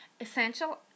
essential